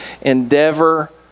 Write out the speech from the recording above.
endeavor